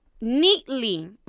Neatly